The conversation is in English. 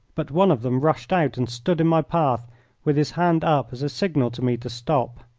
but one of them rushed out and stood in my path with his hand up as a signal to me to stop.